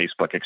Facebook